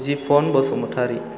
Jipan Basumatary